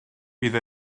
bydd